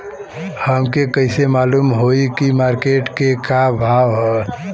हमके कइसे मालूम होई की मार्केट के का भाव ह?